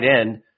end